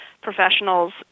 professionals